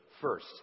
first